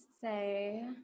Say